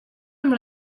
amb